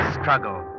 struggle